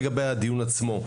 לגבי הדיון עצמו: